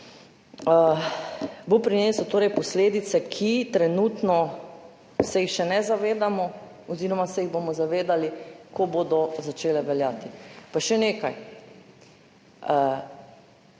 bo prinesel posledice, ki se jih trenutno še ne zavedamo oziroma se jih bomo zavedali, ko bodo začele veljati. Pa še nekaj.